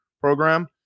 program